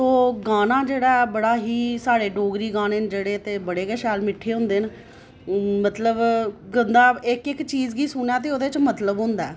तो गाना जेह्ड़ा ऐ बड़ा ही साढ़े डोगरी गाने बड़े गै शैल मिठ्ठे होंदे न मतलब बंदे इक इक चीज गी सुनै ते ओह्दे च मतलब होंदा ऐ